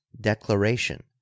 declaration